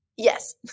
Yes